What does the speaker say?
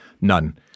None